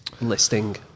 listing